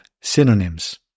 synonyms